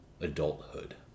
Adulthood